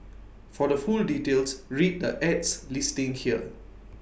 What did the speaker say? for the full details read the ad's listing here